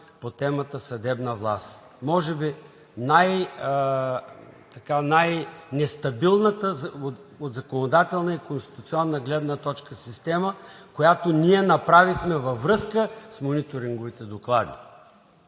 по темата „Съдебна власт“ – може би, така най-нестабилната от законодателна и конституционна гледна точка система, която ние направихме, във връзка с мониторинговите доклади.